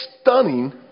stunning